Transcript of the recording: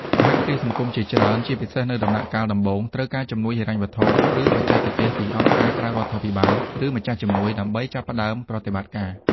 សហគ្រាសសង្គមជាច្រើន ជាពិសេសនៅដំណាក់កាលដំបូង ត្រូវការជំនួយហិរញ្ញវត្ថុ ឬបច្ចេកទេសពីអង្គការក្រៅរដ្ឋាភិបាល ឬម្ចាស់ជំនួយ ដើម្បីចាប់ផ្តើមប្រតិបត្តិការ។